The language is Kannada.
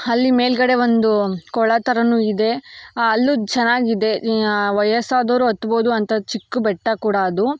ಅಲ್ಲಿ ಮೇಲುಗಡೆ ಒಂದು ಕೊಳ ಥರ ಇದೆ ಅಲ್ಲೂ ಚೆನ್ನಾಗಿದೆ ವಯಸ್ಸಾದವರೂ ಹತ್ಬೋದು ಅಂಥ ಚಿಕ್ಕ ಬೆಟ್ಟ ಕೂಡ ಅದು